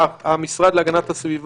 נציגים של המשרד להגנת הסביבה,